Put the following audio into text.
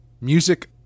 music